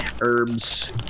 Herbs